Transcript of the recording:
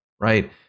right